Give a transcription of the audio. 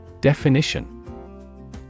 Definition